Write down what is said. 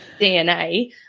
DNA